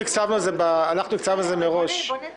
מראש